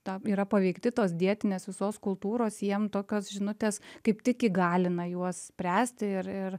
tą yra paveikti tos dietinės visos kultūros jiem tokios žinutės kaip tik įgalina juos spręsti ir ir